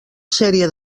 sèrie